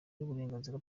n’uburenganzira